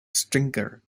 stinker